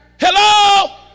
Hello